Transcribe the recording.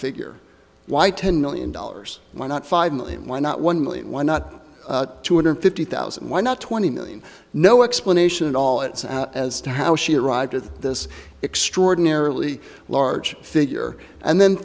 figure why ten million dollars why not five million why not one million why not two hundred fifty thousand why not twenty million no explanation at all it's as to how she arrived with this extraordinarily large figure and then